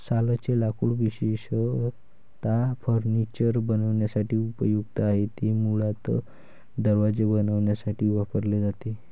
सालचे लाकूड विशेषतः फर्निचर बनवण्यासाठी उपयुक्त आहे, ते मुळात दरवाजे बनवण्यासाठी वापरले जाते